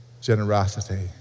generosity